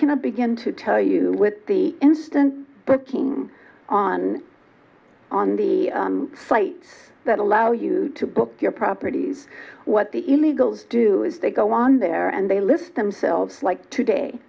cannot begin to tell you with the instant booking on on the sites that allow you to book your properties what the illegals do is they go on there and they list themselves like today